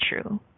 true